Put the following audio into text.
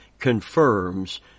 confirms